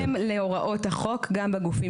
אינו תואם להוראות החוק גם בגופים